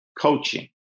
coaching